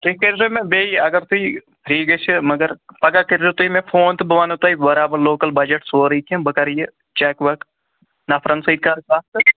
تُہۍ کٔرۍزیو مےٚ بیٚیہِ اگر تُہۍ فرٛی گٔژھِو مگر پَگاہ کٔرۍزیو تُہۍ مےٚ فون تہٕ بہٕ وَنو تۄہہِ برابر لوکل بجَٹ سورُے کیٚنٛہہ بہٕ کرٕ یہِ چَک وَک نفرَن سۭتۍ کَرٕ کَتھ تہٕ